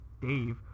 Dave